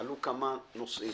עלו כמה נושאים.